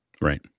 Right